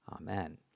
Amen